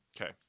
Okay